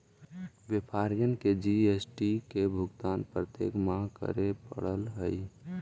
व्यापारी के जी.एस.टी के भुगतान प्रत्येक माह करे पड़ऽ हई